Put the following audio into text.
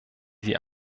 sie